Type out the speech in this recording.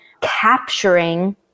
capturing